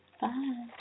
Bye